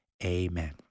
Amen